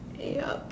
yup